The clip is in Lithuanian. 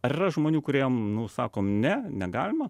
ar yra žmonių kuriem nu sakom ne negalima